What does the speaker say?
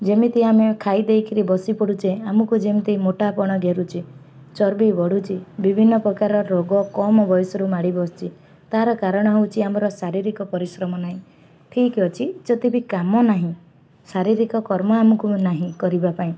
ଯେମିତି ଆମେ ଖାଇ ଦେଇକିରି ବସି ପଡ଼ୁଛେ ଆମକୁ ଯେମିତି ମୋଟାପଣ ଘେରୁଛେ ଚର୍ବି ବଢ଼ୁଛି ବିଭିନ୍ନ ପ୍ରକାର ରୋଗ କମ ବୟସରୁ ମାଡ଼ି ବସିୁଛି ତାର କାରଣ ହେଉଛି ଆମର ଶାରୀରିକ ପରିଶ୍ରମ ନାହିଁ ଠିକ୍ ଅଛି ଯଦ ବିି କାମ ନାହିଁ ଶାରୀରିକ କର୍ମ ଆମକୁ ନାହିଁ କରିବା ପାଇଁ